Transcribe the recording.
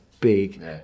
big